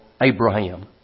Abraham